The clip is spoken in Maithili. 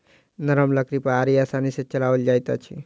नरम लकड़ी पर आरी आसानी सॅ चलाओल जाइत अछि